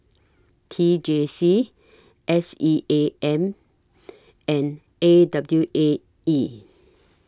T J C S E A M and A W A E